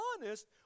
honest